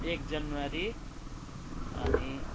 एक जनवरी अनि